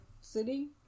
city